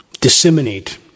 disseminate